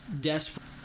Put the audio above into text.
desperate